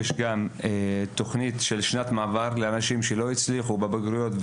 יש לנו גם תוכנית של שנת מעבר גם לתלמידים שלא הצליחו בבגרויות,